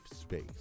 space